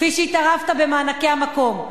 כפי שהתערבת במענקי המקום,